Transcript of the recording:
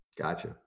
Gotcha